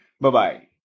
bye-bye